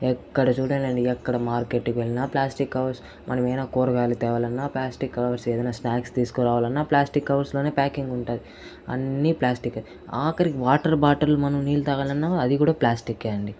ఎక్కడ చూడండి ఎక్కడ మార్కెట్ కి వెళ్ళినా ప్లాస్టిక్ కవర్స్ మనము ఏమైనా కూరగాయలు తేవాలన్న ప్లాస్టిక్ కవర్స్ ఏదైనా స్నాక్స్ తీసుకురావాలన్న ప్లాస్టిక్ కవర్స్ లోనే ప్యాకింగ్ ఉంటుంది అన్ని ప్లాస్టిక్ ఏ ఆఖరికి వాటర్ బాటిల్ మనం నీళ్లు తాగాలన్న అది కూడా ప్లాస్టిక్ ఏ అండి